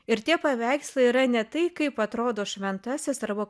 ir tie paveikslai yra ne tai kaip atrodo šventasis arba